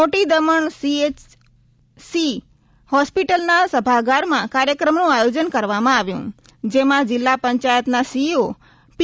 મોટી દમણ સીઍચસી હોસ્પિટલના સભાગારમાં કાર્યક્રમનુ આયોજન રાખવામાં આવ્યુ જેમા જિલ્લા પંચાયતના સીઈઓ પી